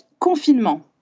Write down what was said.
confinement